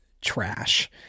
trash